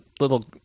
little